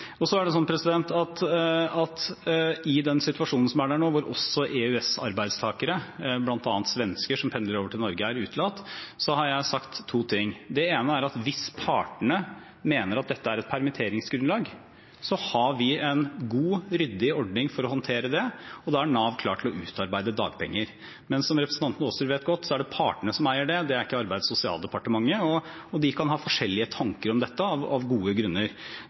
I den situasjonen som er nå, der også EØS-arbeidstakere, bl.a. svensker som pendler over til Norge, er utelatt, har jeg sagt at hvis partene mener at dette er et permitteringsgrunnlag, har vi en god og ryddig ordning for å håndtere det. Da er Nav klar til å utbetale dagpenger. Men som representanten Aasrud vet godt, er det partene som eier det, det er ikke Arbeids- og sosialdepartementet, og de kan ha forskjellige tanker om dette, av gode grunner.